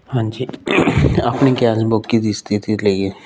ਹਾਂਜੀ ਆਪਣੀ ਦੀ ਸਥਿਤੀ ਲਈ